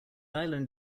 island